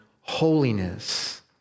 holiness